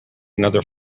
another